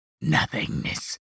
Nothingness